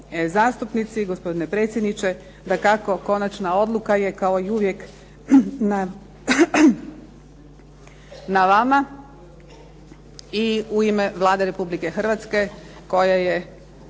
zastupnici, gospodine predsjedniče, dakako konačna odluka je kao i uvijek na vama i u ime Vlade Republike Hrvatske koja je